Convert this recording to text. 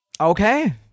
Okay